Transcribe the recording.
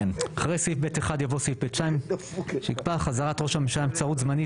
אחרי סעיף (ב1) יבוא סעיף (ב2) שיקבע 'חזרת ראש הממשלה מנבצרות זמנית